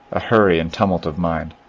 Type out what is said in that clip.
a hurry and tumult of mind,